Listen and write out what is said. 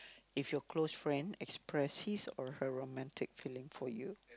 if your close friend expressed his or her romantic feeling for you